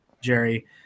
Jerry